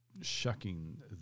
shucking